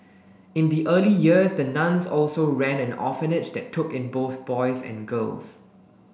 in the early years the nuns also ran an orphanage that took in both boys and girls